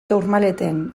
tourmaleten